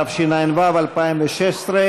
התשע"ו 2016,